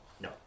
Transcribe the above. no